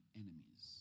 enemies